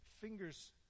fingers